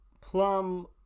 Plum